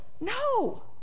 no